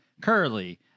Curly